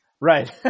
Right